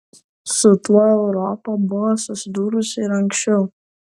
su tuo europa buvo susidūrusi ir anksčiau